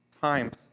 times